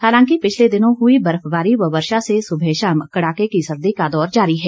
हालांकि पिछले दिनों हुई बर्फबारी व वर्षा से सुबह शाम कड़ाके की सर्दी का दौर जारी है